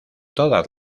todas